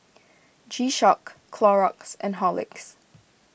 G Shock Clorox and Horlicks